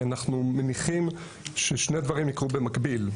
אנחנו מניחים ששני דברים יקרו במקביל.